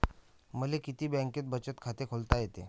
मले किती बँकेत बचत खात खोलता येते?